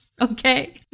Okay